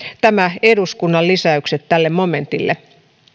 nämä eduskunnan lisäykset tälle momentille